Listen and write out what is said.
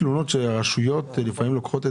מדובר על מגוון שירותים עצום לכלל חוסי המוגבלויות בשירותים